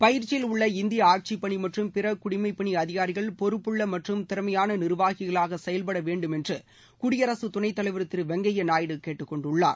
பயிற்சியில் உள்ள இந்திய ஆட்சி பணி மற்றும் பிற குடிமை பணி அதிகாரிகள் பொறுப்புள்ள மற்றும் திறமையான நிர்வாகிகளாக செயல்பட வேண்டும் என்று குடியரசுத் துணைத் தலைவா் திரு வெங்கையா நாயுடு கேட்டுக்கொண்டுள்ளார்